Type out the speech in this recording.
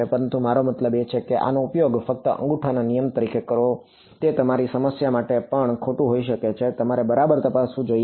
પરંતુ મારો મતલબ છે કે આનો ઉપયોગ ફક્ત અંગૂઠાના નિયમ તરીકે કરો તે તમારી સમસ્યા માટે પણ ખોટું હોઈ શકે છે તમારે બરાબર તપાસવું જોઈએ